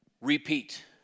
repeat